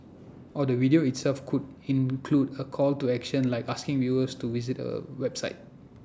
or the video itself could include A call to action like asking viewers to visit A website